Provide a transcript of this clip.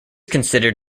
considered